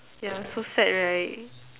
yeah so sad right